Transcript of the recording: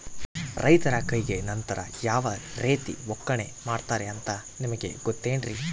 ರೈತರ ಕೈಗೆ ನಂತರ ಯಾವ ರೇತಿ ಒಕ್ಕಣೆ ಮಾಡ್ತಾರೆ ಅಂತ ನಿಮಗೆ ಗೊತ್ತೇನ್ರಿ?